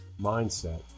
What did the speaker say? Mindset